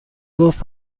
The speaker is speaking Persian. گفت